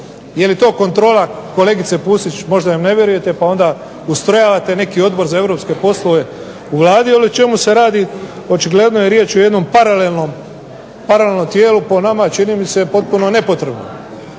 Je li to kontrola kolegice Pusić? Možda im ne vjerujete pa onda ustrojavate neki Odbor za europske poslove u Vladi, ali o čemu se radi? Očigledno je riječ o jednom paralelnom tijelu, po nama čini mi se potpuno nepotrebnom.